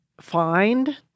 find